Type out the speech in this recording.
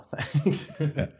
thanks